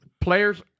Players